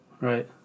right